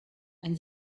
and